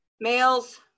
Males